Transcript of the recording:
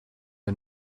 her